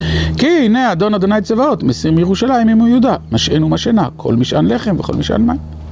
כי הנה אדון, אדוניי צבאות, משים ירושלים, אם הוא יהודה, משעין ומשעינה, כל משען לחם וכל משען מים.